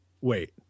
wait